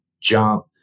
Jump